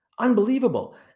unbelievable